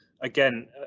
again